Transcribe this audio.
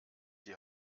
die